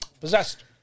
Possessed